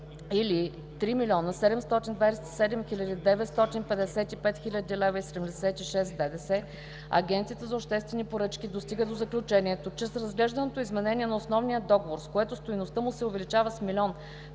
Агенцията за обществени поръчки достига до заключението, че с разглежданото изменение на основния договор, с което стойността му се увеличава с 1 млн.